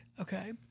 okay